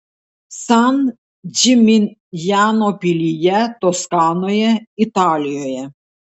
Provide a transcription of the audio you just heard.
san džiminjano pilyje toskanoje italijoje